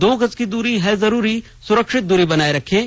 दो गज की दूरी है जरूरी सुरक्षित दूरी बनाए रखें